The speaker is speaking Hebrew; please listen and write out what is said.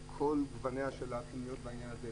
על כל גווני הפניות בעניין הזה.